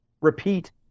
repeat